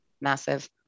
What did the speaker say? massive